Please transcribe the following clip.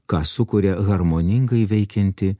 ką sukuria harmoningai veikianti